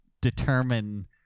determine